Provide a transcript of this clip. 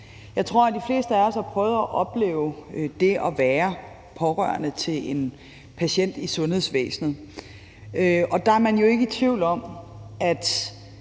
Jeg tror, at de fleste af os har prøvet at opleve det at være pårørende til en patient i sundhedsvæsenet, og der er man jo ikke i tvivl om, at